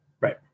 Right